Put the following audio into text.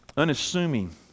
unassuming